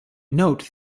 note